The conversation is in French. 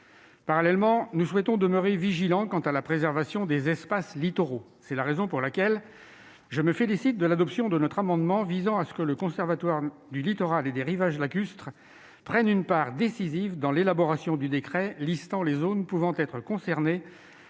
Parallèlement, nous souhaitons demeurer vigilants quant à la préservation des espaces littoraux. C'est la raison pour laquelle je me félicite de l'adoption de notre amendement visant à ce que le Conservatoire du littoral prenne une part décisive dans l'élaboration du décret listant les zones pouvant être concernées